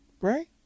Right